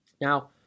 Now